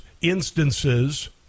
instances